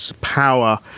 power